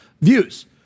views